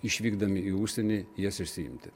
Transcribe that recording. išvykdami į užsienį jas išsiimti